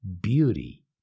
beauty